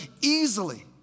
easily